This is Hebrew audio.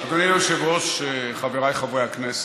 אדוני היושב-ראש, חבריי חברי הכנסת,